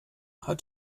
hat